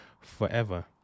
forever